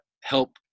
help